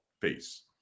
Peace